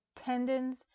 Tendons